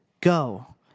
Go